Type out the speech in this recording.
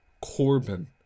Corbin